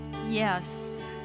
yes